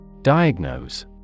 Diagnose